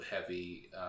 heavy